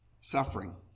suffering